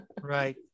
right